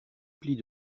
plis